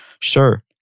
Sure